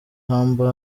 humble